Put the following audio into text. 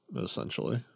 essentially